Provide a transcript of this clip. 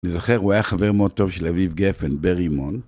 אני זוכר, הוא היה חבר מאוד טוב של אביב גפן ברימון.